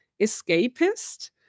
escapist